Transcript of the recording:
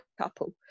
couple